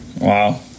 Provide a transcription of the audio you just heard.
wow